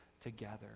together